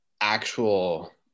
actual